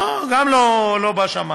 גם לא בשמים.